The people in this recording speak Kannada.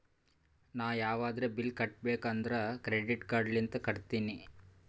ನಾ ಯಾವದ್ರೆ ಬಿಲ್ ಕಟ್ಟಬೇಕ್ ಅಂದುರ್ ಕ್ರೆಡಿಟ್ ಕಾರ್ಡ್ ಲಿಂತೆ ಕಟ್ಟತ್ತಿನಿ